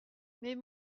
mais